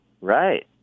Right